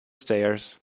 stairs